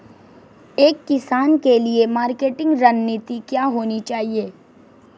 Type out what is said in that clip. एक किसान के लिए मार्केटिंग रणनीति क्या होनी चाहिए?